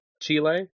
Chile